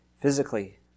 physically